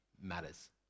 matters